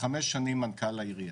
וחמש שנים מנכ"ל העירייה,